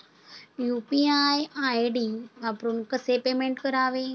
UPI ID वापरून कसे payment करावे?